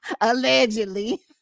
Allegedly